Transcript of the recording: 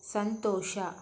ಸಂತೋಷ